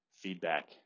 feedback